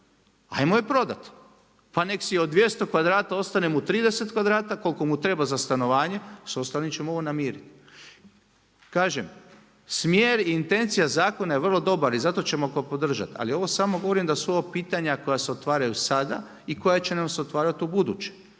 Hajmo je prodat, pa nek' si od 200 kvadrata ostane mu 30 kvadrata koliko mu treba za stanovanje, sa ostalim ćemo ovo namiriti. Kažem smjer i intencija zakona je vrlo dobar i zato ćemo ga podržati, ali ovo samo govorim da su ovo pitanja koja se otvaraju sada i koja će nam se otvarati u buduće